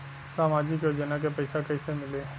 सामाजिक योजना के पैसा कइसे मिली?